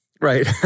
right